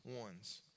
ones